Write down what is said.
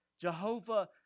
Jehovah